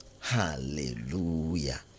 Hallelujah